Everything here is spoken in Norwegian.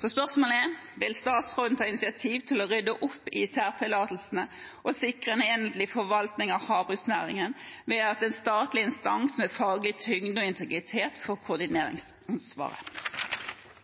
Spørsmålet er: Vil statsråden ta initiativ til å rydde opp i særtillatelsene og sikre en enhetlig forvaltning av havbruksnæringen ved at en statlig instans med faglig tyngde og integritet